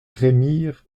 remire